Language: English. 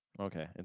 Okay